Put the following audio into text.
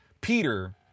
Peter